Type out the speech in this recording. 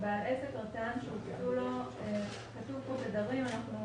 בעל עסק רט"ן שהוקצו לו תדרים כתוב תדרים אבל אנחנו